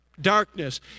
darkness